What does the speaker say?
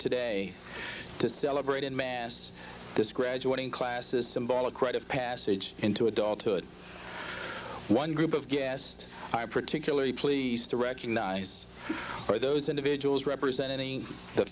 today to celebrate in mass this graduating class is symbolic rite of passage into adulthood one group of guest are particularly pleased to recognize are those individuals representing the